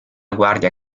guardia